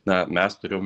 na mes turėjom